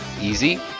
easy